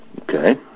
Okay